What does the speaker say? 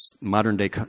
modern-day